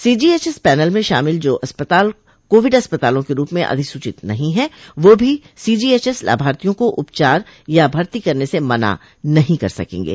CGHS panel में शामिल जो अस्पताल कोविड अस्पतालों के रूप में अधिसूचित नहीं है वो भी सीजीएचएस लाभार्थियों को उपचार या भर्ती करने से मना नहीं कर सकेंगे